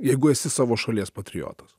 jeigu esi savo šalies patriotas